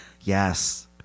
Yes